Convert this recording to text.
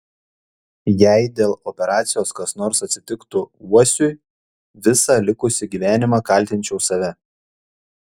jei dėl operacijos kas nors atsitiktų uosiui visą likusį gyvenimą kaltinčiau save